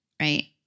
right